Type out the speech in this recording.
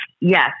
Yes